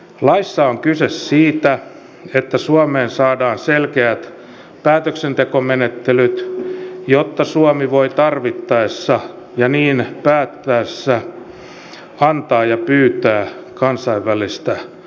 laissa on kyse siitä että suomeen saadaan selkeät päätöksentekomenettelyt jotta suomi voi tarvittaessa ja niin päättäessään antaa ja pyytää kansainvälistä apua